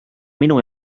minu